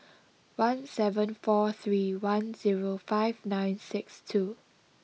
one seven four three one zero five nine six two